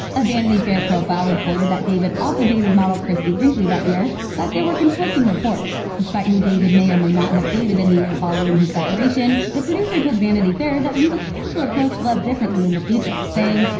a vanity fair profile reported that david also dated model christie brinkley that year, but there were conflicting reports. despite who david may or may not have dated in the year following his separation, the producer told vanity fair that he was trying to approach love differently in the future, saying,